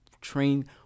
train